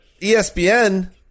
ESPN